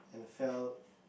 fell